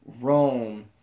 Rome